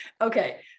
Okay